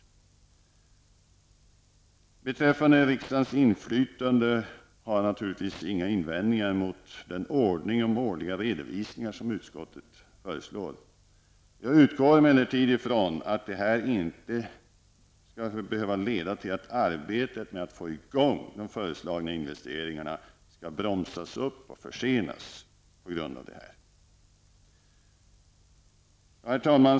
Vad beträffar riksdagens inflytande har jag naturligtvis inga invändningar att göra mot den ordning med årliga redovisningar som utskottet föreslår. Jag utgår emellertid ifrån att detta inte skall behöva leda till att arbetet med att sätta i gång de föreslagna investeringarna skall bromsas upp och friseras. Herr talman!